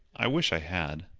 i wish i had.